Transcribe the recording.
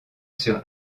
sur